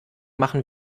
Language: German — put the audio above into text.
machen